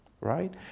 right